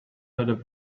where